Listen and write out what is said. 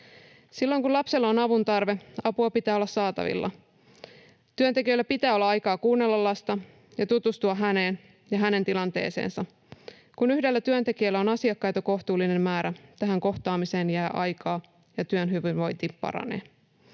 Silloin kun lapsella on avuntarve, apua pitää olla saatavilla. Työntekijöillä pitää olla aikaa kuunnella lasta ja tutustua häneen ja hänen tilanteeseensa. Kun yhdellä työntekijällä on asiakkaita kohtuullinen määrä, tähän kohtaamiseen jää aikaa ja työhyvinvointi paranee.